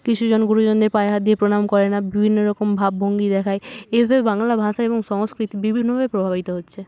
কিছুজন গুরুজনদের পায়ে হাত দিয়ে প্রণাম করে না বিভিন্ন রকম ভাবভঙ্গি দেখায় এভাবে বাংলা ভাষা এবং সংস্কৃতি বিভিন্নভাবে প্রভাবিত হচ্ছে